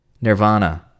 nirvana